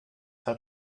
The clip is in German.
hat